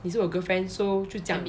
你是我 girlfriend so 就这样